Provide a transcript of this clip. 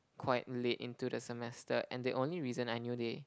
quite late into the semester and the only reason I knew they